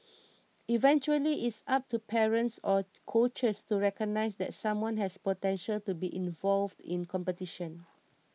eventually it's up to parents or coaches to recognise that someone has potential to be involved in competition